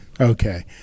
Okay